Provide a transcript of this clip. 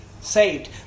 saved